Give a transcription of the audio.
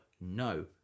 no